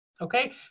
okay